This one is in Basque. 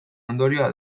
ondorioa